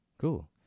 Cool